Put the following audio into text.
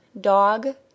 dog